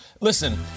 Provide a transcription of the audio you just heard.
Listen